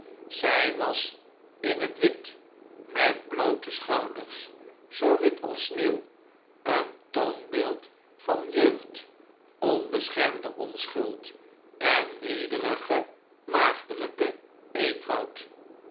zij was in het wit met bloote schouders zoo wit als sneeuw een toonbeeld van jeugd onbeschermde onschuld en nederigen maagdelijken eenvoud